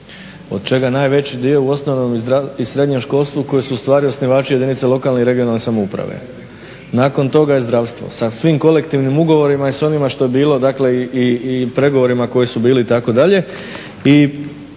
od čega najveći dio u osnovnom i srednjem školstvu koji su osnivači jedinice lokalna i regionalne samouprave, nakon toga je zdravstvo sa svim kolektivnim ugovorima i s onima što je bilo i pregovorima koji su bili itd.